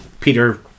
Peter